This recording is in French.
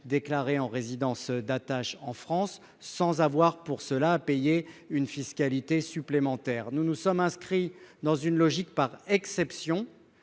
déclaré comme résidence d'attache en France, sans avoir pour cela à payer une fiscalité supplémentaire. Nous nous sommes inscrits dans une logique par exception,